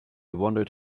wondered